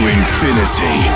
infinity